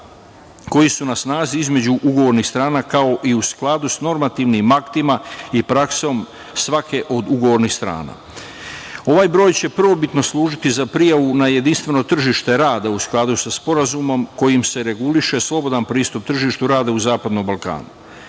koji su na snazi između ugovornih strana, kao i u skladu sa normativnim aktima i praksom svake od ugovornih strana. Ovaj broj će prvobitno služiti za prijavu na jedinstveno tržište rada u skladu sa Sporazumom kojim se reguliše slobodan pristup tržištu rada u zapadnom Balkanu. Naime,